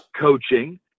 coaching